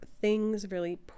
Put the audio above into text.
things—really